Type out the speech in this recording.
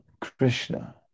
Krishna